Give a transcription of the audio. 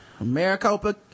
Maricopa